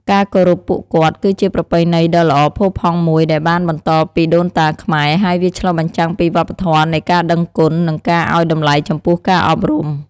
ការគោរពពួកគាត់ គឺជាប្រពៃណីដ៏ល្អផូរផង់មួយដែលបានបន្តពីដូនតាខ្មែរ ហើយវាឆ្លុះបញ្ចាំងពីវប្បធម៌នៃការដឹងគុណ និងការឱ្យតម្លៃចំពោះការអប់រំ។